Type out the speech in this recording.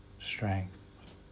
strength